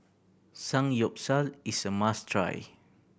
Samgyeopsal is a must try